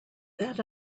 that